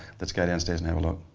let's go downstairs and have a look.